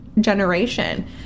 generation